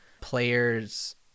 players